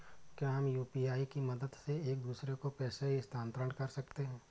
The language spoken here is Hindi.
क्या हम यू.पी.आई की मदद से एक दूसरे को पैसे स्थानांतरण कर सकते हैं?